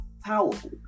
Powerful